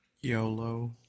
YOLO